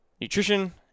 nutrition